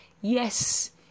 Yes